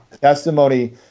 testimony